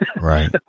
right